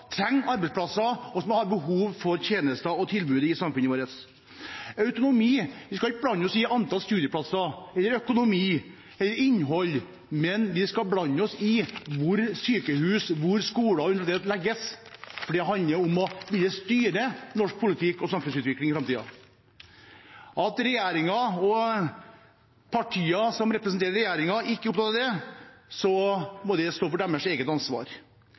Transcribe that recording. ikke blande oss i antall studieplasser, økonomi eller innhold, men vi skal blande oss i hvor sykehus, skoler og universiteter legges, for det handler om å ville styre norsk politikk og samfunnsutvikling i framtiden. At regjeringen og de partiene som representerer regjeringen, ikke er opptatt av det, må være deres eget ansvar.